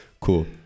cool